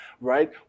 right